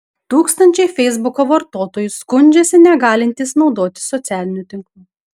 tūkstančiai feisbuko vartotojų skundžiasi negalintys naudotis socialiniu tinklu